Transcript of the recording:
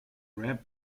rare